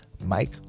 Mike